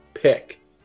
pick